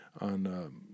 on